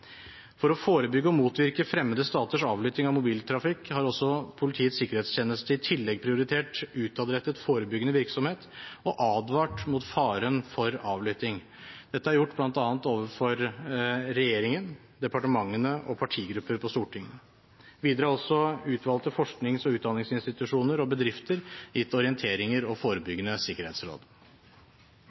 For å forebygge og motvirke fremmede staters avlytting av mobiltrafikk har Politiets sikkerhetstjeneste i tillegg prioritert utadrettet forebyggende virksomhet og advart mot faren for avlytting. Dette er gjort bl.a. overfor regjeringen, departementene og partigrupper på Stortinget. Videre er også utvalgte forsknings- og utdanningsinstitusjoner og bedrifter gitt orienteringer og forebyggende sikkerhetsråd.